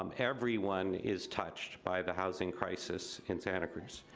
um everyone is touched by the housing crisis in santa cruz,